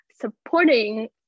supporting